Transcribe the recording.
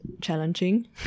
challenging